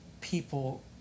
people